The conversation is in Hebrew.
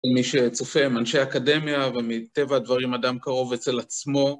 למי שצופה, מאנשי האקדמיה ומטבע דברים אדם קרוב אצל עצמו.